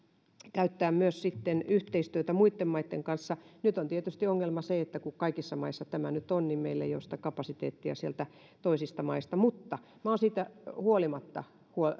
käyttää yhteistyötä muitten maitten kanssa nyt on tietysti ongelma se että kun kaikissa maissa tämä nyt on niin meillä ei ole sitä kapasiteettia sieltä toisista maista mutta minä olen siitä huolimatta